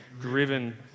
driven